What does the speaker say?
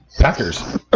Packers